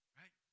right